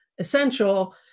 Essential